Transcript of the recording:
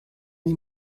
die